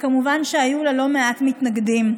וכמובן שהיו לה לא מעט מתנגדים.